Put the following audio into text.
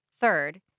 Third